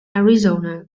arizona